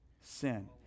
sin